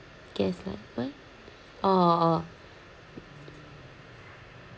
guess like what orh orh orh